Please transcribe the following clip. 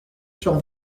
sur